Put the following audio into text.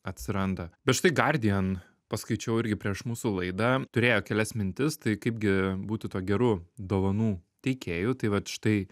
atsiranda bet štai gardien paskaičiau irgi prieš mūsų laidą turėjo kelias mintis tai kaipgi būti tuo geru dovanų teikėju tai vat štai